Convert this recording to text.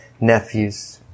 nephews